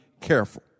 careful